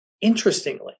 Interestingly